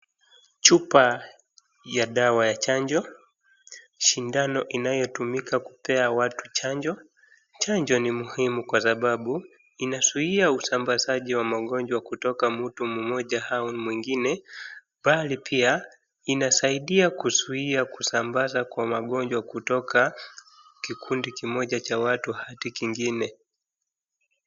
Chupa ya dawa ya chanjo, sindano inayotumika kupeana watu chanjo. Chanjo ni muhimu kwa sababu inazuia usambazaji wa magonjwa kutoka mtu mmoja au mwingine ,bali pia, inasaidia kuzuia kusambaza kwa magonjwa kutoka kikundi kimoja cha watu hadi kingine.